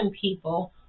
people